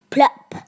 Plop